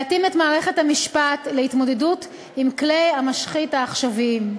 להתאים את מערכת המשפט להתמודדות עם כלי המשחית העכשוויים.